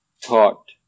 taught